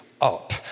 up